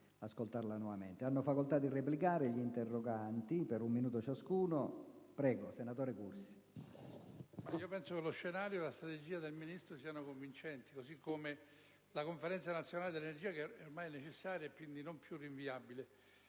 penso che lo scenario e la strategia del Ministro siano convincenti, così come penso che la Conferenza nazionale sull'energia sia ormai necessaria, e quindi non più rinviabile.